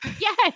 Yes